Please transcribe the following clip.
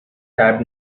tab